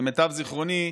למיטב זיכרוני,